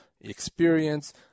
experience